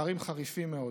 פערים חריפים מאוד,